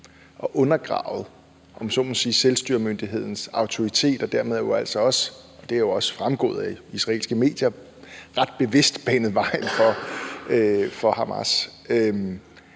så må sige, selvstyremyndighedens autoritet og dermed jo altså også, hvilket er fremgået af israelske medier, ret bevidst banet vejen for Hamas.